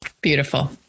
beautiful